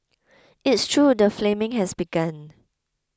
it's true the flaming has begun